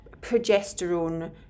progesterone